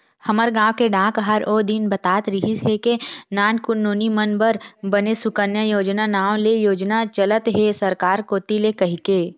हमर गांव के डाकहार ओ दिन बतात रिहिस हे के नानकुन नोनी मन बर बने सुकन्या योजना नांव ले योजना चलत हे सरकार कोती ले कहिके